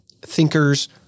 thinkers